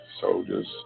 soldiers